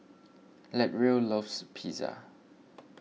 Latrell loves Pizza